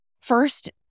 First